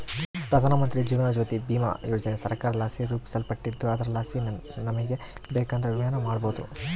ಪ್ರಧಾನಮಂತ್ರಿ ಜೀವನ ಜ್ಯೋತಿ ಭೀಮಾ ಯೋಜನೆ ಸರ್ಕಾರದಲಾಸಿ ರೂಪಿಸಲ್ಪಟ್ಟಿದ್ದು ಅದರಲಾಸಿ ನಮಿಗೆ ಬೇಕಂದ್ರ ವಿಮೆನ ಮಾಡಬೋದು